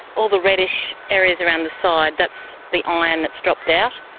all the reddish areas around the side, that's the iron that's dropped yeah